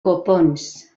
copons